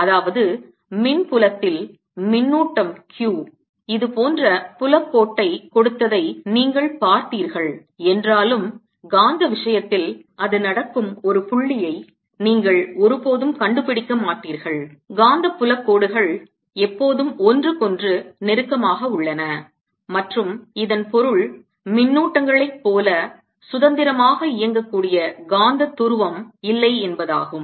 அதாவது மின்புலத்தில் மின்னூட்டம் q இது போன்ற புலக் கோட்டைக் கொடுத்ததை நீங்கள் பார்த்தீர்கள் என்றாலும் காந்த விஷயத்தில் அது நடக்கும் ஒரு புள்ளியை நீங்கள் ஒருபோதும் கண்டுபிடிக்கமாட்டீர்கள் காந்தப் புலக் கோடுகள் எப்போதும் ஒன்றுக்கொன்று நெருக்கமாக உள்ளன மற்றும் இதன் பொருள் மின்னூட்டங்களைப் போல சுதந்திரமாக இயங்கக்கூடிய காந்த துருவம் இல்லை என்பதாகும்